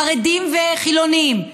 חרדים וחילונים,